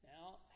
now